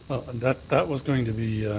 and that was going to be